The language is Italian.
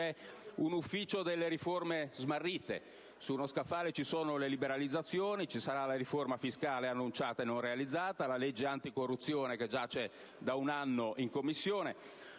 un ufficio delle riforme smarrite: su uno scaffale ci sono le liberalizzazioni, ci sarà la riforma fiscale annunciata e non realizzata, la legge anticorruzione che giace da un anno in Commissione.